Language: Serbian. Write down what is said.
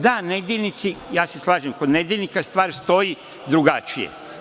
Da, nedeljnici, ja se slažem, kod nedeljnika stvar stoji drugačije.